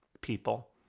people